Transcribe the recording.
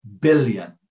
billion